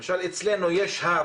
למשל, אצלנו יש הר